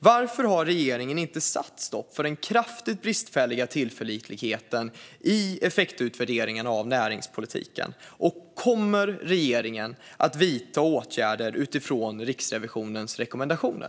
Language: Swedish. Varför har regeringen inte satt stopp för den kraftigt bristfälliga tillförlitligheten i effektutvärderingarna när det gäller näringspolitiken, och kommer regeringen att vidta åtgärder utifrån Riksrevisionens rekommendationer?